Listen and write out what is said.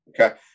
Okay